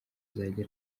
azajya